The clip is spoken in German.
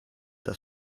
das